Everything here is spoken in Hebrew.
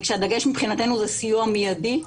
הדגש מבחינתנו הוא סיוע מיידי.